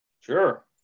Sure